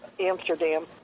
Amsterdam